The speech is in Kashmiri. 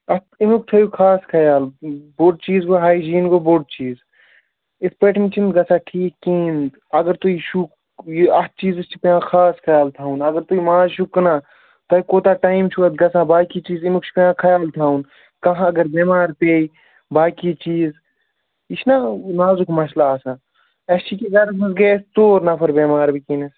اَتھ اَمیُک تھٲیِو خاص خیال بوٚڈ چیٖز گوٚو ہَیجیٖن گوٚو بوٚڈ چیٖز یِتھ پٲٹھۍ چھُنہٕ گژھان ٹھیٖک کِہیٖنۍ تہٕ اگر تُہۍ چھُو یہِ اَتھ چیٖزَس چھِ پٮ۪وان خاص خیال تھاوُن اگر تُہۍ ماز چھُو کٕنان تۄہہِ کوٗتاہ ٹایم چھُو اَتھ گژھان باقٕے چیٖز اَمیُک چھُ پٮ۪وان خَیال تھاوُن کانٛہہ اگر بٮ۪مار پے باقٕے چیٖز یہِ چھُنہ نازُک مَسلہٕ آسان اَسہِ چھِ ییٚکیٛاہ گَرَس منٛز گٔے اَسہِ ژور نَفر بٮ۪مار وٕنۍکٮ۪نَس